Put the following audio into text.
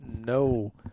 no